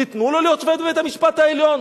תיתנו לו להיות שופט בבית-המשפט העליון?